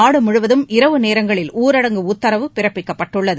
நாடு முழுவதும் இரவு நேரங்களில் ஊரடங்கு உத்தரவு பிறப்பிக்கப்பட்டுள்ளது